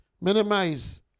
minimize